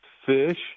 Fish